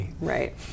Right